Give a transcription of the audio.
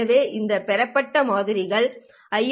எனவே இந்த பெறப்பட்ட மாதிரிகளில் ஐ